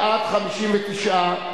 בעד, 59,